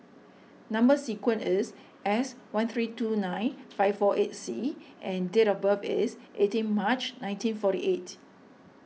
Number Sequence is S one three two nine five four eight C and date of birth is eighteen March nineteen forty eight